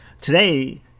today